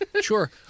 Sure